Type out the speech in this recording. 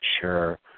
sure